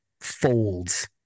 folds